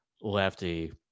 lefty